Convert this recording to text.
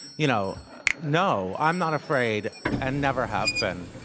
you know no. i'm not afraid and never have been.